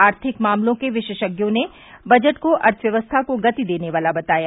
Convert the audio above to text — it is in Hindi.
आर्थिक मामलों के विशेषज्ञों ने बजट को अर्थव्यवस्था को गति देने वाला बताया